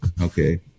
Okay